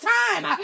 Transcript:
time